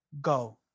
go